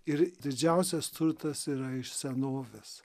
ir didžiausias turtas yra iš senovės